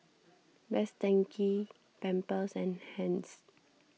Best Denki Pampers and Heinz